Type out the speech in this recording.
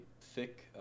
thick